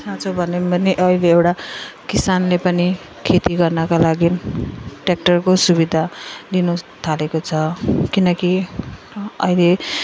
साँचो भने पनि अहिले एउटा किसानले पनि खेती गर्नका लागि ट्य्राक्टरको सुविधा लिनु थालेको छ किनकि अहिले